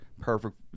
perfect